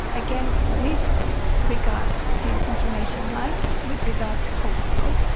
again, with regard to inflammation like with regard to cortisol,